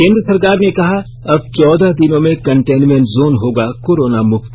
केंद्र सरकार ने कहा अब चौदह दिनों में कंटेनमेंट जोन होगा कोरोना मुक्त